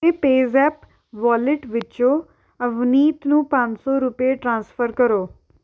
PayZapp wallet ਵਿੱਚੋਂ ਅਵਨੀਤ ਨੂੰ ਪੰਜ ਸੌ ਰੁਪਏ ਟ੍ਰਾਂਸਫਰ ਕਰੋ